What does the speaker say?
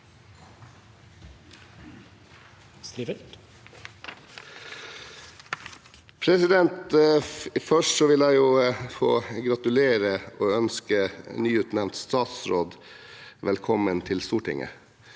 Først vil jeg få gratulere og ønske nyutnevnt statsråd velkommen til Stortinget!